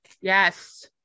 yes